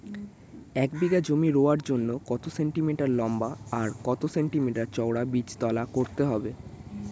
এক বিঘা জমি রোয়ার জন্য কত সেন্টিমিটার লম্বা আর কত সেন্টিমিটার চওড়া বীজতলা করতে হবে?